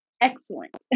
Excellent